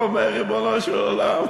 הוא אומר: ריבונו של עולם,